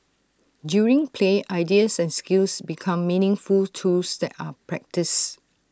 during play ideas and skills become meaningful tools that are practised